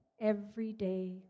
everyday